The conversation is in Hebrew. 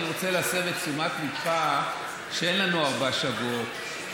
אני רוצה להסב את תשומת ליבך שאין לנו ארבעה שבועות.